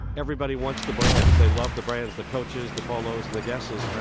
everybody wants the brands, they love the brands the coaches, the polos, and the guesses.